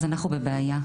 אז אנחנו בבעיה,